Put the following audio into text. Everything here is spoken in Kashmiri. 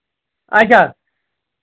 اَچھا